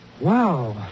Wow